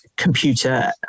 computer